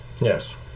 Yes